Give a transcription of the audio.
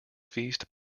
feast